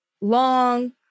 long